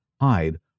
hide